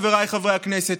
חבריי חברי הכנסת,